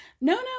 Nono